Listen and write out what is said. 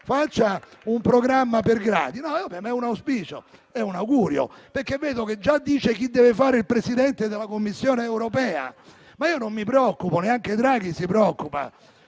Faccia un programma per gradi. È un auspicio, perché vedo che già dice chi deve fare il Presidente della Commissione europea, ma io non mi preoccupo e neanche Draghi si preoccupa.